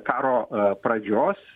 karo pradžios